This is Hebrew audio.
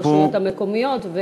הרשויות המקומיות,